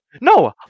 No